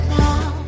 now